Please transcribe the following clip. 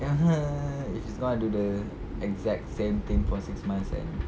(uh huh) if she's gonna do the exact same thing for six months and